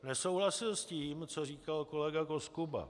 Nesouhlasil s tím, co říkal kolega Koskuba.